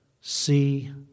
see